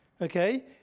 Okay